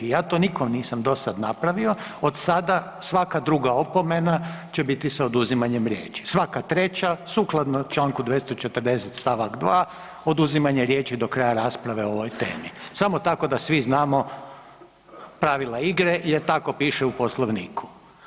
Ja to nikom nisam do sada napravio, od sada svaka druga opomene će biti sa oduzimanjem riječi, svaka treća sukladno čl. 240. st. 2. oduzimanje riječi do kraja rasprave o ovoj temi, samo tako da svi znamo pravila igre jer tako piše u Poslovniku.